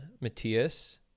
Matthias